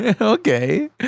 Okay